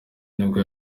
nibwo